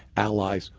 allies,